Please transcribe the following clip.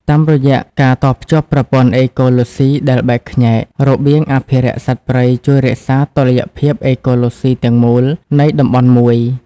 តាមរយៈការតភ្ជាប់ប្រព័ន្ធអេកូឡូស៊ីដែលបែកខ្ញែក របៀងអភិរក្សសត្វព្រៃជួយរក្សា តុល្យភាពអេកូឡូស៊ី ទាំងមូលនៃតំបន់មួយ។